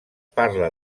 parla